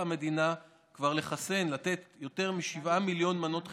המדינה כבר לתת יותר משבעה מיליון מנות חיסון,